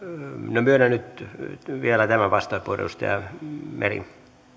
no myönnän nyt vielä tämän vastauspuheenvuoron edustaja meri